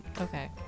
okay